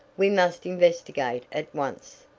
we must investigate at once.